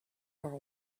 are